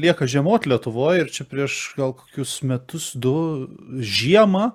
lieka žiemot lietuvoj ir čia prieš gal kokius metus du žiemą